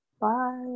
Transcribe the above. Bye